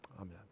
Amen